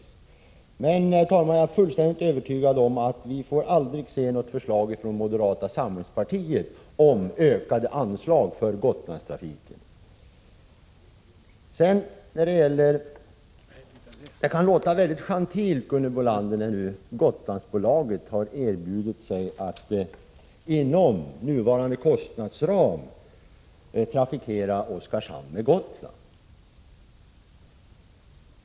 Jag vill tillägga, herr talman, att jag är fullkomligt övertygad om att vi aldrig kommer att få se något förslag från moderata samlingspartiet om ökade anslag för Gotlandstrafiken. Det kan låta gentilt att Gotlandsbolaget, som Gunhild Bolander säger, har erbjudit sig att inom nuvarande kostnadsram trafikera Oskarshamn med M/S Gotland.